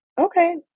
Okay